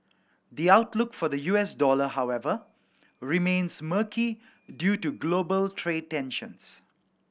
the outlook for the U S dollar however remains murky due to global trade tensions